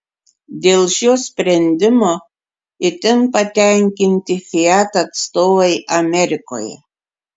dėl šio sprendimo itin patenkinti fiat atstovai amerikoje